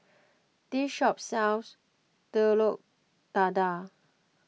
this shop sells Telur Dadah